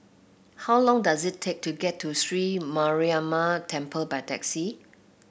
how long does it take to get to SriLanka Mariamman Temple by taxi